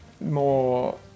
more